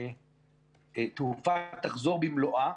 כשהתעופה תחזור במלואה,